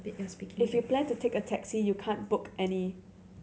if you plan to take a taxi you can't book any